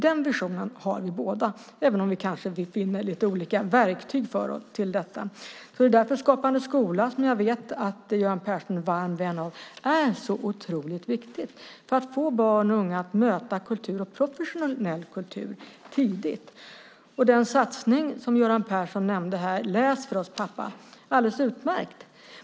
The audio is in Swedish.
Den visionen har vi båda, även om vi kanske finner lite olika verktyg för detta. Det är därför som Skapande skola, som jag vet att Göran Persson är en varm vän av, är så otroligt viktigt för att få barn och unga ska få möta kultur och professionell kultur tidigt. Den satsning som Göran Persson nämnde här, Läs för mig, pappa, är alldeles utmärkt.